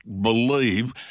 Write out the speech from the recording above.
believe